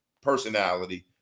personality